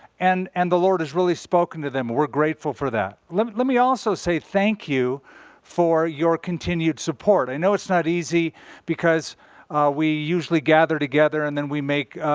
and and the lord has really spoken to them. we're grateful for that. let me let me also say thank you for your continued support. i know it's not easy because we usually gather together and then we make